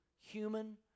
human